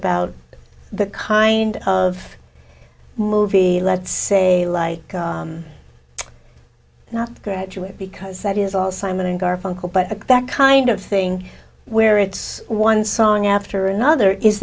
about the kind of movie let's say like not graduate because that is all simon and garfunkel but that kind of thing where it's one song after another is